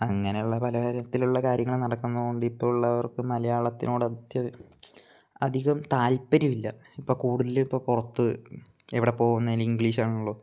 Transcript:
അങ്ങനെ ഉള്ള പലതരത്തിൽ ഉള്ള കാര്യങ്ങൾ നടക്കുന്ന കൊണ്ട് ഇപ്പം ഉള്ളവര്ക്ക് മലയാളത്തിനോട് അത്യൊരു അധികം താൽപ്പര്യമില്ല ഇപ്പം കൂടുതൽ ഇപ്പം പുറത്ത് എവിടെ പോകുന്നതിനും ഇങ്ക്ലീഷാണല്ലോ